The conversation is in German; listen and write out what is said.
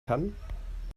kann